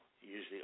usually